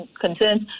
concerns